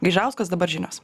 gaižauskas dabar žinios